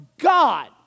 God